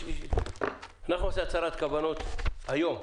אנחנו נעשה הצהרת כוונות היום,